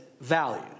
value